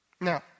Now